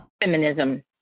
feminism